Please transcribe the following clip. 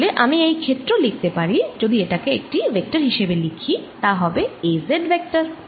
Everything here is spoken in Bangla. তাহলে আমি এই ক্ষেত্র লিখতে পারি যদি এটাকে একটি ভেক্টর হিসেবে লিখি তা হবে A z ভেক্টর